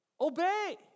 Obey